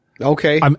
Okay